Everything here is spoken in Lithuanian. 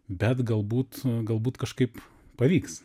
bet galbūt galbūt kažkaip pavyks